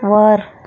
वर